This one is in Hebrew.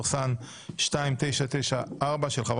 של הסיעות.